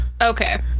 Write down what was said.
okay